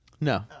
No